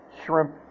shrimp